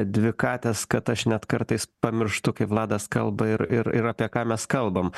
dvi katės kad aš net kartais pamirštu kaip vladas kalba ir ir ir apie ką mes kalbam